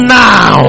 now